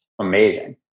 amazing